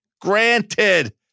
granted